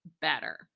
better